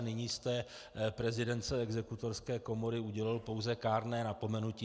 A nyní jste prezidentce Exekutorské komory udělil pouze kárné napomenutí.